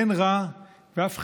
אין רע, ואף חיוני,